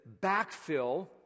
backfill